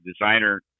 designer